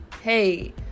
hey